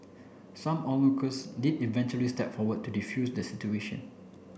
some onlookers did eventually step forward to defuse the situation